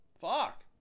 Fuck